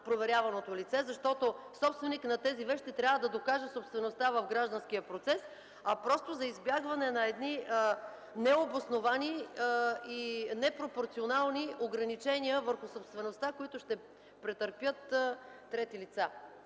проверяваното лице, защото собственикът на тези вещи трябва да докаже собствеността в гражданския процес, а просто за избягване на едни необосновани и непропорционални ограничения върху собствеността, които ще претърпят трети лица.